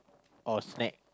or snack